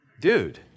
Dude